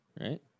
right